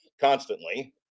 constantly